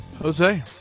Jose